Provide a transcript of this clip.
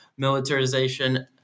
militarization